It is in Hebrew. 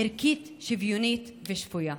ערכית, שוויונית ושפויה.